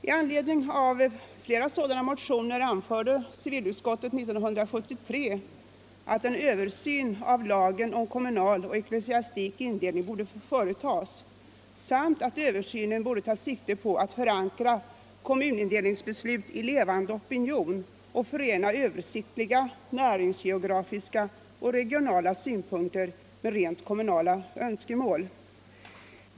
I anledning av flera sådana motioner anförde civilutskottet 1973 att ”en översyn av lagen om kommunal och ecklesiastik indelning borde företas samt att översynen borde ta sikte på att förankra kommunindelningsbeslut i levande opinioner och förena översiktliga, näringsgeografiska och regionala synpunkter med rent kommunala önskemål”.